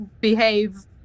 behave